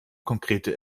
konkrete